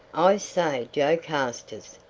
i say, joe carstairs,